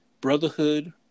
Brotherhood